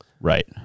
Right